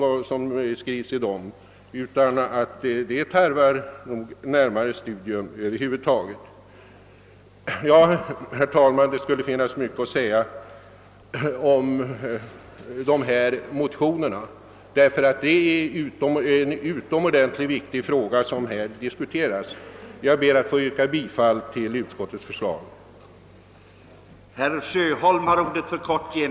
För att man skall kunna göra detta tarvas att vederbörande ägnar frågorna ett mera ingående studium. Herr talman! Det skulle finnas mycket mer att säga om förevarande motioner, eftersom den fråga vi nu diskuterar är utomordentligt viktig. Jag ber att få yrka bifall till utskottets hemställan.